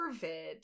Corvid